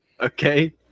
Okay